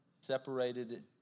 separated